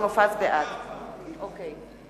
(קוראת